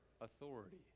authority